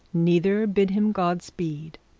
neither bid him god speed